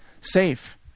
safe